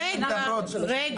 רגע, רגע.